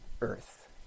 earth